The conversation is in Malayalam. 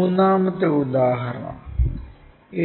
മൂന്നാമത്തെ ഉദാഹരണം